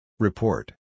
Report